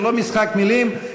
זה לא משחק מילים,